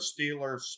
Steelers